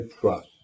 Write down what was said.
trust